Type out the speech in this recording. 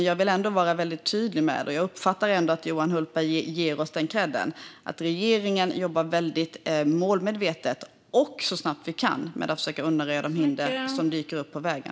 Jag vill ändå vara väldigt tydlig med - och jag uppfattar att Johan Hultberg ändå ger oss den kredden - att regeringen jobbar väldigt målmedvetet och så snabbt vi kan med att försöka undanröja de hinder som dyker upp på vägen.